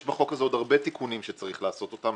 בחוק הזה עוד הרבה תיקונים שצריך לעשות אותם.